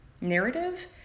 narrative